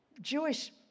Jewish